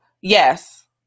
Yes